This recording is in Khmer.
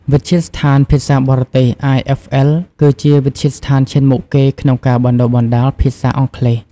វិទ្យាស្ថានភាសាបរទេស IFL គឺជាវិទ្យាស្ថានឈានមុខគេក្នុងការបណ្តុះបណ្តាលភាសាអង់គ្លេស។